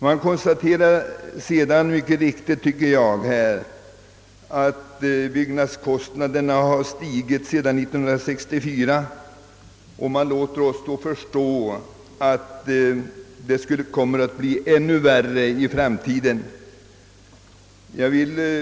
Man konstaterar mycket riktigt att byggnadskostnaderna har stigit sedan 1964, och man låter förstå att det kommer att bli ännu värre för senare färdigställda villor.